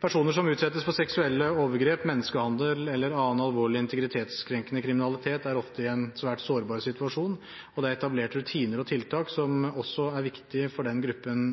Personer som utsettes for seksuelle overgrep, menneskehandel eller annen alvorlig integritetskrenkende kriminalitet, er ofte i en svær sårbar situasjon, og det er etablert rutiner og tiltak som også er viktig for den gruppen